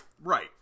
Right